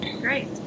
Great